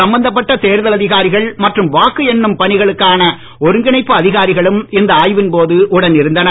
சம்பந்தப்பட்ட தேர்தல் அதிகாரிகள் மற்றும் வாக்கு என்பனம் பணிகளுக்கான ஒருங்கிணைப்பு அதிகாரிகளும் இந்த ஆய்வின் போது உடன் இருந்தனர்